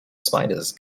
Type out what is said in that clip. spiders